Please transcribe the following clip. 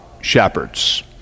shepherds